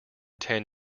ten